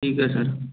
ठीक है सर